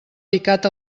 picat